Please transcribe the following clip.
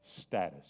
status